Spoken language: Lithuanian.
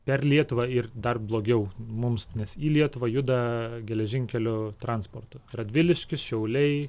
per lietuvą ir dar blogiau mums nes į lietuvą juda geležinkelių transportu radviliškis šiauliai